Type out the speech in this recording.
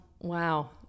wow